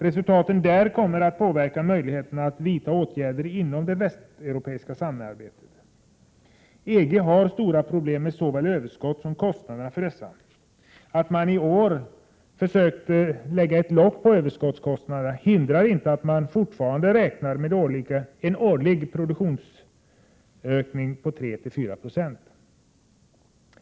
Resultaten där kommer att påverka möjligheterna att vidta åtgärder inom det västeuropeiska samarbetet. EG har stora problem med såväl överskott som kostnader för dessa överskott. Att man i år har försökt lägga ett lock på överskottskostnaderna hindrar inte att man fortfarande räknar med en årlig produktionsökning på 3-4 20.